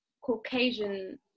Caucasian